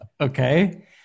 Okay